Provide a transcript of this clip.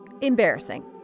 embarrassing